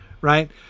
right